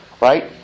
right